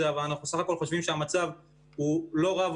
אבל אנחנו סך הכול חושבים שהמצב הוא לא רע,